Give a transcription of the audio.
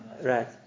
Right